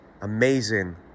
amazing